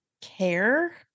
care